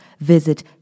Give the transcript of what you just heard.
visit